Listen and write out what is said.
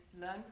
learn